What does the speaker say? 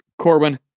Corwin